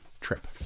trip